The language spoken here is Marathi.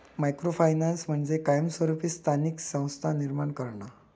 मायक्रो फायनान्स म्हणजे कायमस्वरूपी स्थानिक संस्था निर्माण करणा